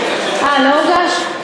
אה, לא הוגש?